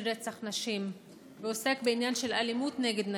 רצח נשים ועוסק בעניין של אלימות נגד נשים.